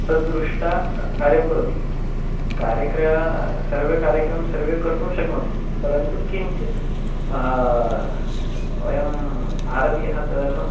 तद्दृष्टा क् कार्यं करोति कार्यक्र सर्वे कार्यक्रं सर्वे कर्तुं शक्नोति परन्तु किञ्चित् वयं भारतीयः तदर्थं